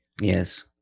yes